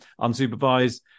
unsupervised